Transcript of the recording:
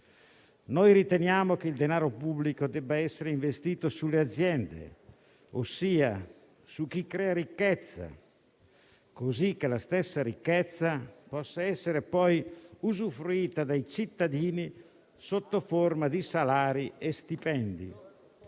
Riteniamo che il denaro pubblico debba essere investito sulle aziende, ossia su chi crea ricchezza, cosicché ne possano poi fruire i cittadini sotto forma di salari e stipendi.